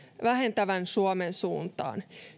vähentävän suomen suuntaan